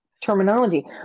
terminology